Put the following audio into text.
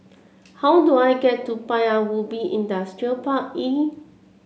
how do I get to Paya Ubi Industrial Park E